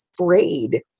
afraid